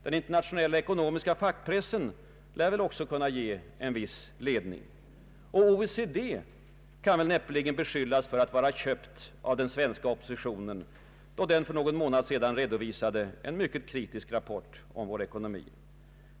Den internationella ekonomiska fackpressen lär väl också kunna ge en viss ledning. OECD kan näppeligen beskyllas för att vara köpt av den svenska oppositionen, då denna organisation för någon månad sedan redovisade en mycket kritisk rapport om vår ekonomi.